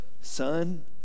son